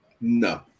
No